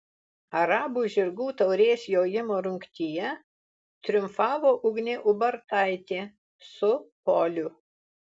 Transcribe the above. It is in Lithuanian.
arabų žirgų taurės jojimo rungtyje triumfavo ugnė ubartaitė su poliu